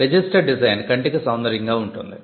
registered design కంటికి సౌందర్యంగా ఉంటుంది